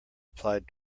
applied